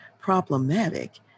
problematic